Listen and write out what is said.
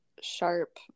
sharp